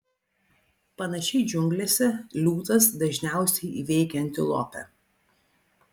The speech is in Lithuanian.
panašiai džiunglėse liūtas dažniausiai įveikia antilopę